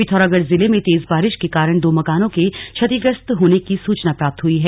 पिथौरागढ़ जिले में तेज बारिश के कारण दो मकानों के क्षतिग्रस्त होने की सुचना प्राप्त हई है